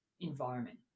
environment